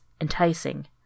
enticing